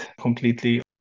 completely